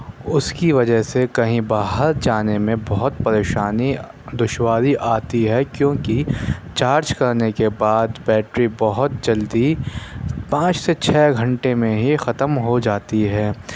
اُس کی وجہ سے کہیں باہر جانے میں بہت پریشانی دشواری آتی ہے کیوں کہ چارج کرنے کے بعد بیٹری بہت جلدی پانچ سے چھ گھنٹے میں ہی ختم ہو جاتی ہے